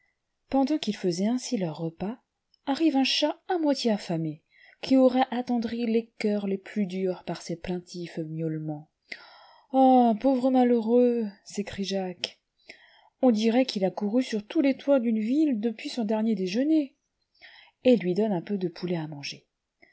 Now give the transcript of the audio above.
pendant qu'ils faisaient ainsi leur repas arrive un chat à moitié affamé qui aurait attendri les cœurs les plus durs par ses plaintifs miaulements ah pauvre mallieur uxl s'écrie jacques on dirait qu'il a couru sur tous les toits d'une ville del uis son dernier déjeuner et il lui donne un peu de poulet à manger